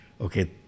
okay